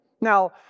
Now